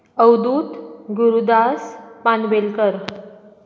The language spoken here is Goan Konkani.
अवदूत गुरुदास पानवेलकर